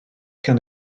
gan